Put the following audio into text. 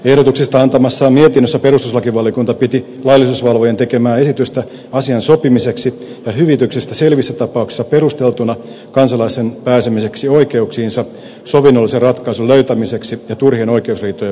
ehdotuksesta antamassaan mietinnössä perustuslakivaliokunta piti laillisuusvalvojan tekemää esitystä asian sopimisesta ja hyvityksestä selvissä tapauksissa perusteltuna kansalaisen pääsemiseksi oikeuksiinsa sovinnollisen ratkaisun löytämiseksi ja turhien oikeusriitojen välttämiseksi